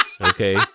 Okay